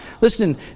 listen